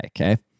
okay